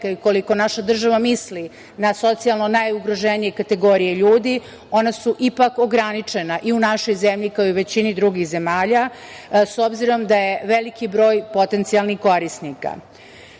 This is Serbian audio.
i koliko god da naša država misli na socijalno najugroženiji kategorije ljudi, ona su ipak ograničena i u našoj zemlji, kao i u većini drugih zemalja, s obzirom da je veliki broj potencijalnih korisnika. Upravo